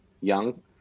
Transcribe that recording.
young